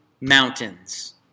mountains